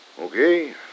Okay